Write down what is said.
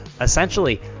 essentially